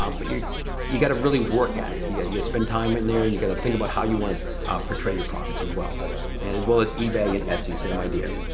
um but you you gotta really work at it. you got to spend time in there and you got to think about how you wanna portray your products as well. and as well as ebay and etsy, same idea.